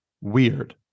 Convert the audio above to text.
WEIRD